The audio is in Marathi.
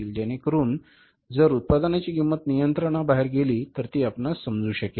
जेणेकरुन जर उत्पादनाची किंमत नियंत्रणाबाहेर गेली तर ती आपणास समजू शकेल